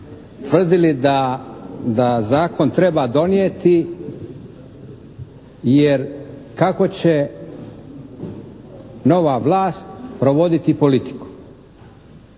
tvrdili da zakon treba donijeti jer kako će nova vlast provoditi politiku.